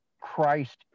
Christ